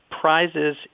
prizes